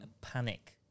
Panic